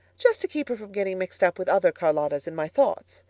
just to keep her from getting mixed up with other charlottas in my thoughts,